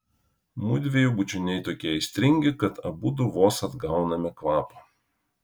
mudviejų bučiniai tokie aistringi kad abudu vos atgauname kvapą